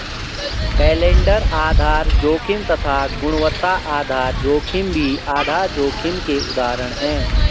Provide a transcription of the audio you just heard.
calendar आधार जोखिम तथा गुणवत्ता आधार जोखिम भी आधार जोखिम के उदाहरण है